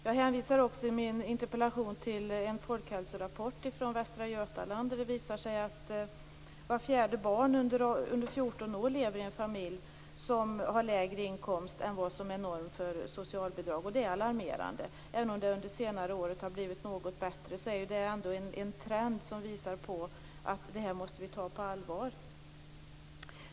Jag hänvisar i min interpellation till en folkhälsorapport från Västra Götaland som visar att vart fjärde barn under 14 år lever i en familj som har lägre inkomst än vad som är norm för socialbidrag, vilket är alarmerande. Även om det har blivit något bättre under det senaste året finns det ändå en trend som visar att vi måste ta detta på allvar.